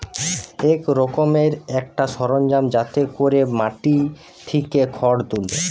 এক রকমের একটা সরঞ্জাম যাতে কোরে মাটি থিকে খড় তুলে